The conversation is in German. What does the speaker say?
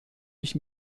ich